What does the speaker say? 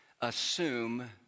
assume